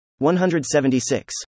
176